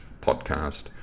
podcast